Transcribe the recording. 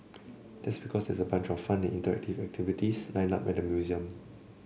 that's because there's a bunch of fun and interactive activities lined up at the museum